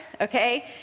Okay